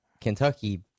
Kentucky